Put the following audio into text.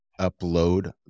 upload